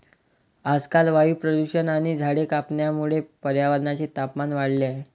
आजकाल वायू प्रदूषण आणि झाडे कापण्यामुळे पर्यावरणाचे तापमान वाढले आहे